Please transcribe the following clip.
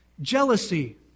jealousy